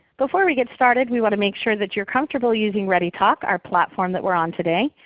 before we get started, we want to make sure that you're comfortable using readytalk, our platform that we're on today.